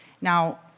Now